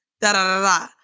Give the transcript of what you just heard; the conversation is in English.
da-da-da-da